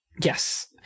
Yes